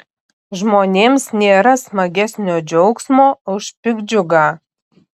žmonėms nėra smagesnio džiaugsmo už piktdžiugą